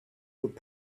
would